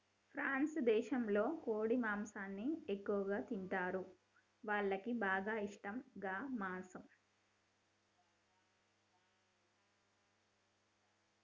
France దేశంలో కోడి మాంసాన్ని ఎక్కువగా తింటరు, వాళ్లకి బాగా ఇష్టం గామోసు